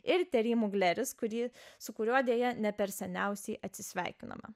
ir terimu gleris kurį su kuriuo deja ne per seniausiai atsisveikinome